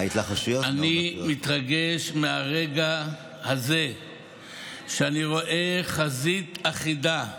אני מתרגש מהרגע הזה שבו אני רואה חזית אחידה,